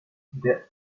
the